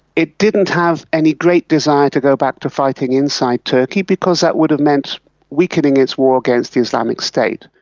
it didn't have any great desire to go back to fighting inside turkey because that would have meant weakening its war against the islamic state.